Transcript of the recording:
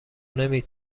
نمی